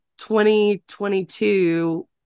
2022